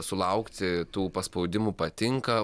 sulaukti tų paspaudimų patinka